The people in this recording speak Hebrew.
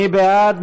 מי בעד?